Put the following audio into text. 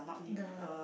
the